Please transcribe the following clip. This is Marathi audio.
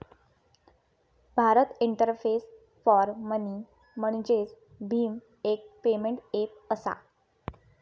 भारत इंटरफेस फॉर मनी म्हणजेच भीम, एक पेमेंट ऐप असा